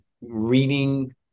reading